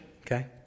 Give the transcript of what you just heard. okay